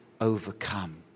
overcome